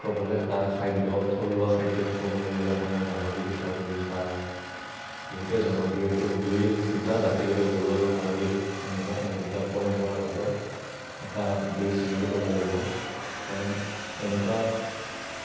উৎসৱ হ'লে তাৰ খাদ্য থলুৱা খাদ্য বুলি ক'বলৈ গ'লে আপোনাৰ গাহৰি পিঠাগুৰি খাৰ বহুতেই জনপ্ৰিয় এইটো দুটা জাতিৰে বড়ো আৰু কাৰ্বিৰ এনেকুৱা এই দুটা পৰম্পৰাগত এটা ডিছ বুলি ক'ব লাগিব কাৰণ তেনেকুৱা